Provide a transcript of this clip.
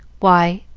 why,